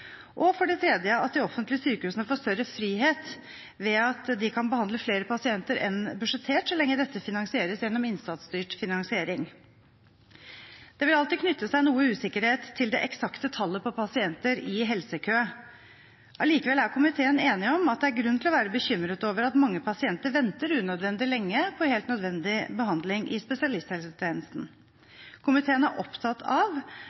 og for det tredje at de offentlige sykehusene får større frihet ved at de kan behandle flere pasienter enn budsjettert, så lenge dette finansieres gjennom innsatsstyrt finansiering. Det vil alltid knytte seg noe usikkerhet til det eksakte tallet på pasienter i helsekø. Allikevel er komiteen enig om at det er grunn til å være bekymret over at mange pasienter venter unødvendig lenge på helt nødvendig behandling i spesialisthelsetjenesten. Komiteen er opptatt av